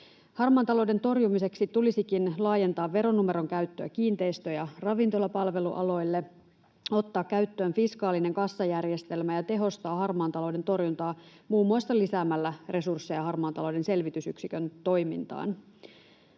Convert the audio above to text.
Harmaan talouden torjumiseksi tulisikin laajentaa veronumeron käyttöä kiinteistö- ja ravintolapalvelualoilla, ottaa käyttöön fiskaalinen kassajärjestelmä ja tehostaa harmaan talouden torjuntaa muun muassa lisäämällä resursseja Harmaan talouden selvitysyksikön toimintaan.